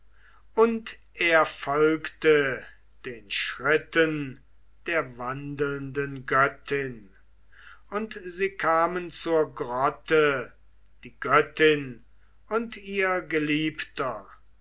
und er folgte den schritten der wandelnden göttin und sie kamen zur grotte die göttin und ihr geliebter